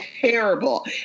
Terrible